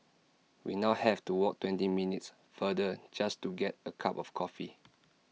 we now have to walk twenty minutes farther just to get A cup of coffee